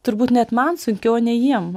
turbūt net man sunkiau nei jiem